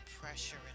pressure